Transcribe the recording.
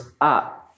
up